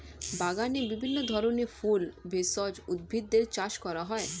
বাগানে বিভিন্ন ধরনের ফুল, ভেষজ উদ্ভিদের চাষ করা হয়